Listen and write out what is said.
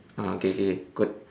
ah okay okay okay good